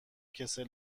کسل